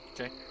Okay